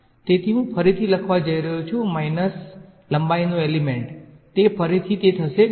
તેથી હું ફરીથી લખવા જઈ રહ્યો છું માઇનસ લંબાઈ નો એલીમેંટ તેથી ફરીથી તે થસે